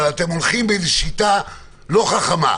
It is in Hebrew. אבל אתם הולכים בשיטה לא חכמה,